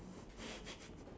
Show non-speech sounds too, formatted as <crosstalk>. <breath>